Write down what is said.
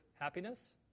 happiness